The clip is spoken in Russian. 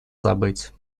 забыть